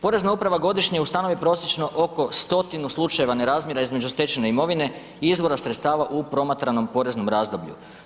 Porezna uprava godišnje ustanovi oko stotinu slučajeva nerazmjera između stečene imovine i izvora sredstava u promatranom poreznom razdoblju.